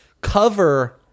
cover